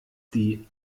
die